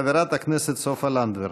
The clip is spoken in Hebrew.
חברת הכנסת סופה לנדבר.